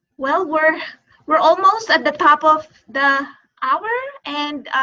well we're we're almost at the top of the hour and